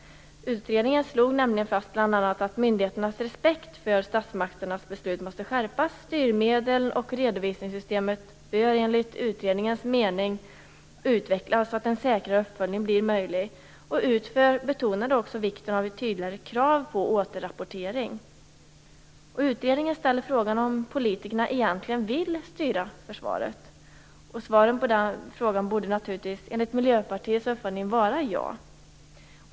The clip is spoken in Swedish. Utredningen slog nämligen bl.a. fast att myndigheternas respekt för statsmakternas beslut måste skärpas. Styrmedlen och redovisningssystemet borde enligt utredningens mening utvecklas så att en säkrare uppföljning blir möjlig. UTFÖR betonade också vikten av tydligare krav på återrapportering. Utredningen ställer frågan om politikerna egentligen vill styra försvaret. Svaret på den frågan borde naturligtvis, enligt Miljöpartiets uppfattning, vara ja.